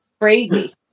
crazy